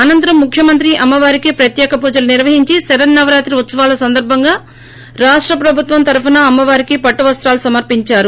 అనంతరం ముఖ్యమంత్రి అమ్మ వారికి ప్రత్యేక పూజలు నిర్వహించి శరన్న వరాత్రి ఉత్సవాల సందర్భంగా రాష్ట ప్రభుత్వం తరపున అమ్మవారికి పట్టువస్రాలు సమర్పించారు